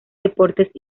deportes